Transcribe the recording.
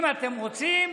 אם אתם רוצים,